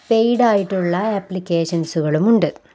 പെയ്ഡായിട്ടുള്ള ആപ്ലിക്കേഷൻസുകളുമുണ്ട്